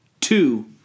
two